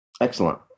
Excellent